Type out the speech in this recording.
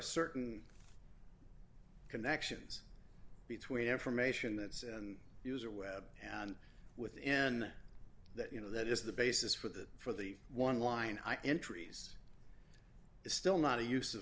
certain connections between information that's and user web and within that you know that is the basis for that for the one line i entries it's still not a use of